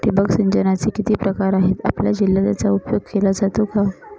ठिबक सिंचनाचे किती प्रकार आहेत? आपल्या जिल्ह्यात याचा उपयोग केला जातो का?